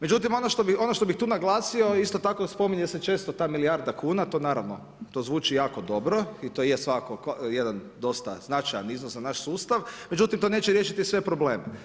Međutim, ono što bih tu naglasio, isto tako, spominje se često ta milijarda kuna, to naravno, to zvuči jako dobro i to je svakako jedan dosta značajan iznos za naš sustav, međutim, to neće riješiti sve probleme.